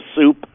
soup